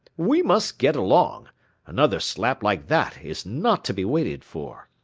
we must get along another slap like that is not to be waited for.